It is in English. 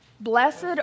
Blessed